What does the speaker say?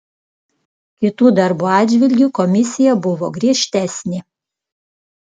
kitų darbų atžvilgiu komisija buvo griežtesnė